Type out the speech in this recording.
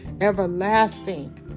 everlasting